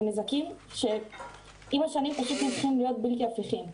ונזקים שעם השנים פשוט הופכים להיות בלתי הפיכים.